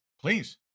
Please